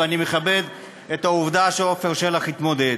ואני מכבד את העובדה שעפר שלח התמודד.